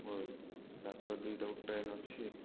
ମୋର ରାତିର ଦୁଇଟାକୁ ଟ୍ରେନ୍ ଅଛି